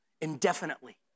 indefinitely